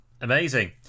amazing